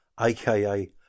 AKA